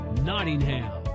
Nottingham